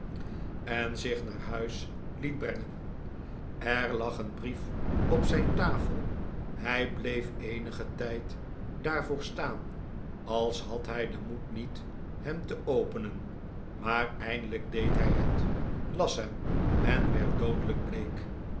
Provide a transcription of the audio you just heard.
zich naar huis liet brengen er lag een brief op zijn tafel hij bleef eenigen tijd daar voor staan als had hij den moed niet hem te openen maar eindelijk deed hij het las hem en werd doodelijk bleek